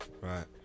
right